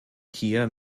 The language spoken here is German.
hier